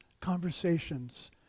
conversations